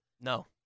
No